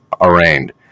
arraigned